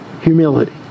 humility